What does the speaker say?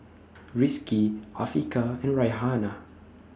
Rizqi Afiqah and Raihana